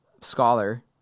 scholar